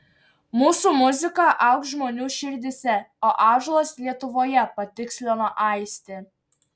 mūsų muzika augs žmonių širdyse o ąžuolas lietuvoje patikslino aistė